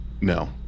No